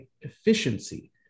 efficiency